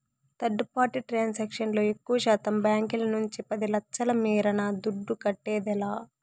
third party transaction లో ఎక్కువశాతం బాంకీల నుంచి పది లచ్ఛల మీరిన దుడ్డు కట్టేదిలా